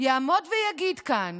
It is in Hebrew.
יעמוד ויגיד כאן